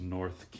North